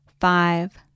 five